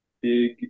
big